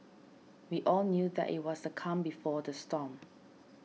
we all knew that it was the calm before the storm